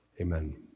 Amen